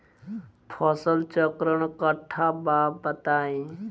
फसल चक्रण कट्ठा बा बताई?